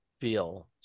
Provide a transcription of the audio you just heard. feel